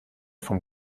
vom